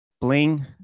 bling